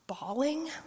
bawling